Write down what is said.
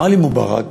מובארק